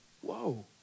Whoa